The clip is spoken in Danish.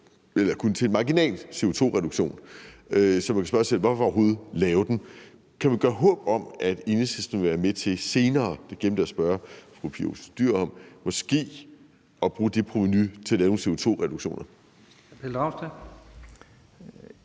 fører til en marginal CO2-reduktion. Så man kan spørge sig selv: Hvorfor overhovedet lave den? Kan man gøre sig forhåbninger om, at Enhedslisten vil være med til senere – og det samme glemte jeg at spørge fru Pia Olsen Dyhr om – måske at bruge det provenu til at lave nogle CO2-reduktioner?